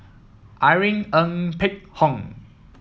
Irene Ng Phek Hoong